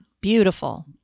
Beautiful